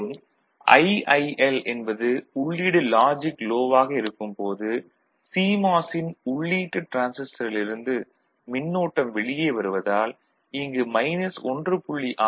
மற்றும் IIL என்பது உள்ளீடு லாஜிக் லோ ஆக இருக்கும் போது சிமாஸ் இன் உள்ளீட்டு டிரான்சிஸ்டரிலிருந்து மின்னோட்டம் வெளியே வருவதால் இங்கு மைனஸ் 1